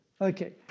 Okay